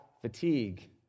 Fatigue